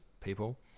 people